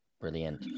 Brilliant